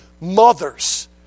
Mothers